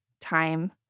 time